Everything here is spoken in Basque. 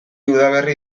udaberri